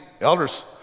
elders